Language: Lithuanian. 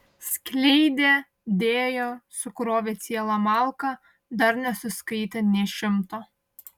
skleidė dėjo sukrovė cielą malką dar nesuskaitė nė šimto